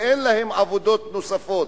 ואין להם עבודות נוספות.